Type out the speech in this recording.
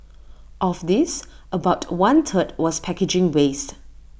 of this about one third was packaging waste